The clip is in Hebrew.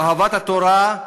אהבת התורה,